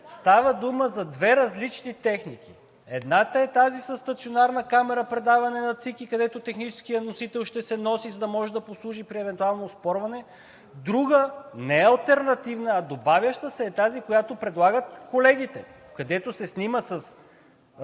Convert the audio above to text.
Става дума за две различни техники. Едната е тази със стационарна камера, предаване на ЦИК и където техническият носител ще се носи, за да може да послужи при евентуално оспорване. Друга не алтернативна, а добавяща се е тази, която предлагат колегите, където се снима с